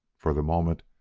for the moment,